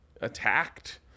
attacked